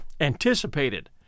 anticipated